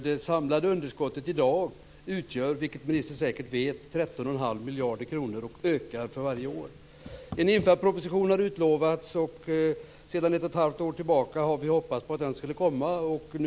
Det samlade underskottet i dag utgör, vilket ministern säkert vet, 13 1⁄2 miljarder kronor och ökar för varje år. Sedan ett och ett halvt år tillbaka har vi hoppats på att den ska komma.